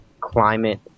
climate